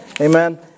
Amen